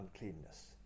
uncleanness